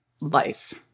life